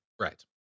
Right